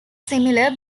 similar